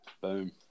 Boom